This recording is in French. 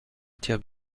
attire